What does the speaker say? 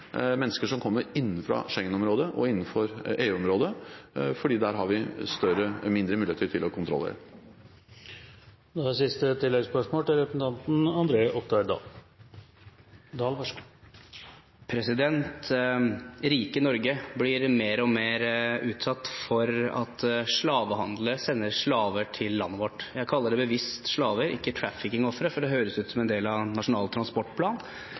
til siste oppfølgingsspørsmål. Rike Norge blir mer og mer utsatt for at slavehandlere sender slaver til landet vårt. Jeg kaller det bevisst slaver, og ikke traffickingofre – for det høres ut som en del av Nasjonal transportplan